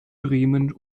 bremen